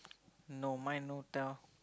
no mine no tell